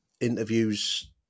interviews